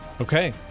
Okay